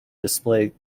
display